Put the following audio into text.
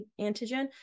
antigen